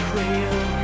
real